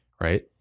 right